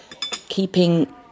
keeping